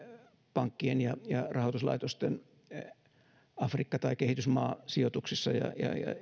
pankkien ja ja rahoituslaitosten afrikka tai kehitysmaasijoituksissa ja